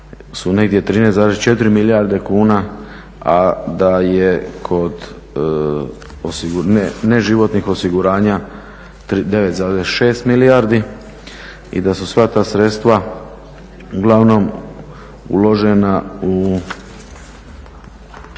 su negdje 13,4 milijarde kuna a da je kod neživotnih osiguranja 9,6 milijardi. I da su sva ta sredstva uglavnom uložena u